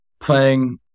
playing